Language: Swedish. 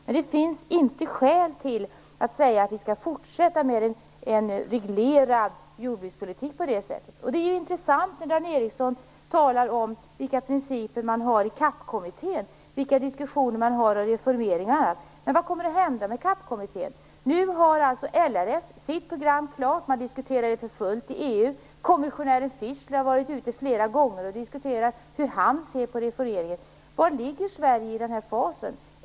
Men det finns inga skäl att säga att vi skall fortsätta med en reglerad jordbrukspolitik av det här slaget. Det är intressant när Dan Ericsson talar om vilka principer man har i CAP-kommittén och vilka diskussioner man där för om reformering. Men vad kommer att hända med CAP-kommittén? Nu har alltså LRF sitt program klart, man diskuterar det för fullt i EU, och kommissionären Franz Fischler har flera gånger varit ute och diskuterat hur han ser på reformeringen. Var ligger Sverige i det här?